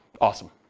Awesome